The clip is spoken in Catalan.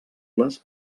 les